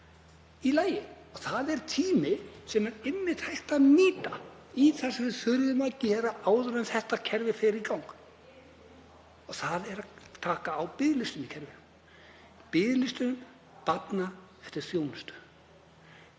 í lagi. Það er tími sem er einmitt hægt að nýta í það sem við þurfum að gera áður en þetta kerfi fer í gang og það er að taka á biðlistunum í kerfinu, biðlistum barna eftir þjónustu.